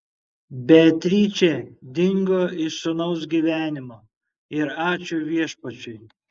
beatričė dingo iš sūnaus gyvenimo ir ačiū viešpačiui